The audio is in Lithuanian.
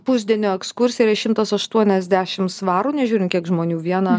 pusdienio ekskursiją yra šimtas aštuoniasdešim svarų nežiūrint kiek žmonių vieną